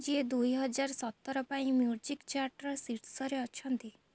ଯିଏ ଦୁଇହଜାର ସତର ପାଇଁ ମ୍ୟୁଜିକ୍ ଚାର୍ଟର ଶୀର୍ଷରେ ଅଛନ୍ତି